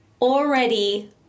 already